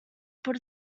put